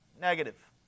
Negative